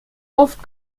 oft